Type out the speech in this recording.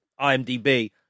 IMDb